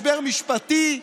משבר משפטי,